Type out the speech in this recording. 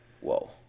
whoa